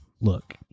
look